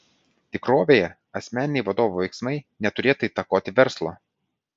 tikrovėje asmeniniai vadovo veiksmai neturėtų įtakoti verslo